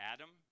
Adam